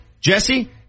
Jesse